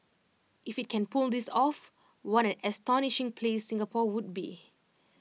if IT can pull this off what an astonishing place Singapore would be